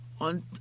on